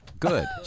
Good